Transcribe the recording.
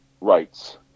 rights